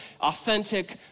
authentic